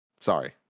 Sorry